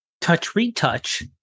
touch-retouch